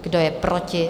Kdo je proti?